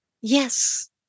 Yes